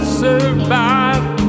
survive